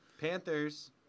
Panthers